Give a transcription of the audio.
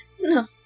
No